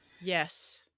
Yes